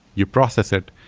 you process it.